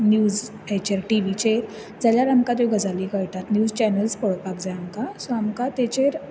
news हाचेर टीवीचेर जाल्यार आमकां त्यो गजाली कळटात न्यूज चैनल्स पळोवपाक जाय आमकां सो आमकां तेचेर